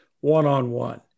one-on-one